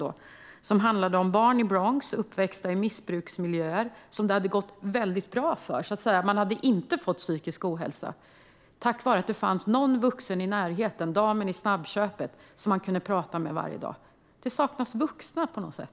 Den handlade om barn i Bronx som hade växt upp i missbruksmiljöer och som det hade gått väldigt bra för. De hade inte drabbats av psykisk ohälsa tack vare att det fanns någon vuxen i närheten - damen i snabbköpet - som de kunde prata med varje dag. Det saknas vuxna på något sätt.